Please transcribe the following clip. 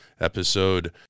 episode